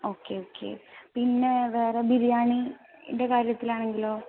okay okay പിന്നെ വേറെ ബിരിയാണീൻ്റെ കാര്യത്തിലാണെങ്കിലോ